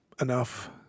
enough